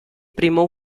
primo